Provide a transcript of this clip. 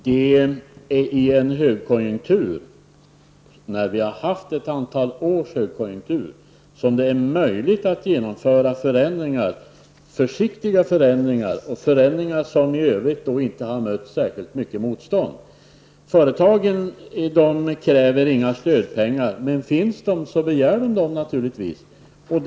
Herr talman! Det är när vi har haft ett antal års högkonjunktur som det är möjligt att genomföra försiktiga förändringar och förändringar som i övrigt inte har mött särskilt mycket motstånd. Företagen kräver inga stödpengar. Men finns sådana pengar begär företagen naturligtvis dem.